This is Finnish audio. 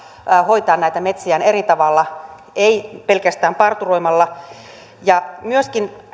hoitaa näitä metsiään eri tavalla ei pelkästään parturoimalla myöskin